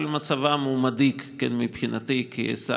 אבל מצבם הוא מדאיג מבחינתי כשר